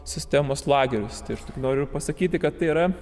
sistemos lagerius tai aš tik noriu pasakyti kad tai yra